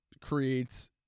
creates